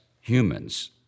humans